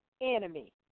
enemy